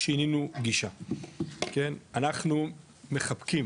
שיננו גישה, אנחנו מחבקים